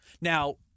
Now